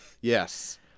Yes